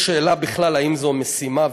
יש שאלה אם בכלל זו משימה,